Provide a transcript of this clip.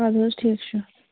اَدٕ حظ ٹھیٖک چھُ